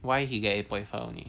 why he get eight point five only